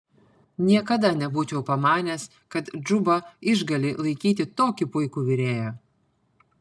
niekada nebūčiau pamanęs kad džuba išgali laikyti tokį puikų virėją